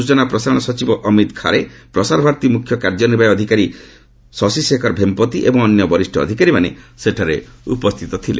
ସ୍ବଚନା ଓ ପ୍ରସାରଣ ସଚିବ ଅମିତ ଖାରେ ପ୍ରସାରଭାରତୀ ମୁଖ୍ୟ କାର୍ଯ୍ୟନିର୍ବାହୀ ଅଧିକାରୀ ଶଶି ଶେଖର ଭେମ୍ପତି ଏବଂ ଅନ୍ୟ ବରିଷ୍ଠ ଅଧିକାରୀମାନେ ସେଠାରେ ଉପସ୍ଥିତ ଥିଲେ